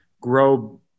grow